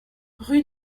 rue